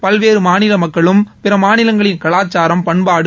பல்வேறு மாநில மக்களும் பிற மாநிலங்களின் கலாச்சாரம் பண்பாடு